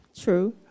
True